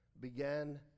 began